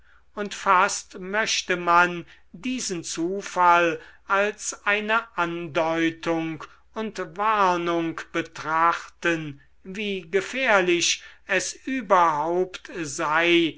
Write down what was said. und fast möchte man diesen zufall als eine andeutung und warnung betrachten wie gefährlich es überhaupt sei